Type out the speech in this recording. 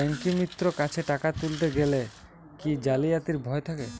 ব্যাঙ্কিমিত্র কাছে টাকা তুলতে গেলে কি জালিয়াতির ভয় থাকে?